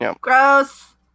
gross